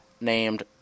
named